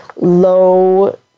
low